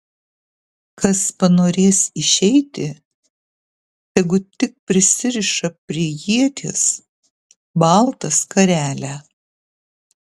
kas panorės išeiti tegu tik prisiriša prie ieties baltą skarelę